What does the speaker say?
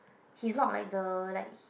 he's not like the like